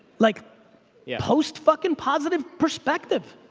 like yeah post fucking positive perspective.